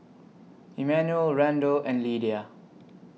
Emmanuel Randell and Lydia